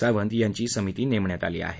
सावंत यांची समिती नेमण्यात आली आहे